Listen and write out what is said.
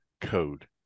code